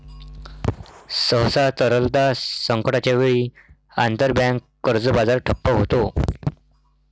सहसा, तरलता संकटाच्या वेळी, आंतरबँक कर्ज बाजार ठप्प होतो